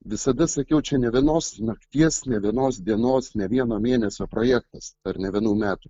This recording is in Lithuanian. visada sakiau čia nė vienos nakties nė vienos dienos ne vieno mėnesio projektas ar ne vienų metų